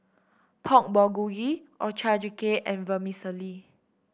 Pork Bulgogi Ochazuke and Vermicelli